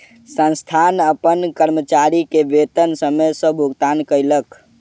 संस्थान अपन कर्मचारी के वेतन समय सॅ भुगतान कयलक